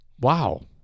Wow